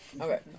Okay